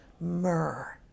myrrh